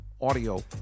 Audio